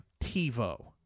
TiVo